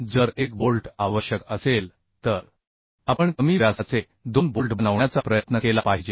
जर एक बोल्ट आवश्यक असेल तर आपण कमी व्यासाचे दोन बोल्ट बनवण्याचा प्रयत्न केला पाहिजे